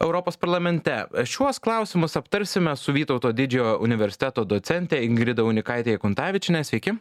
europos parlamente šiuos klausimus aptarsime su vytauto didžiojo universiteto docente ingrida unikaite jakuntavičiene sveiki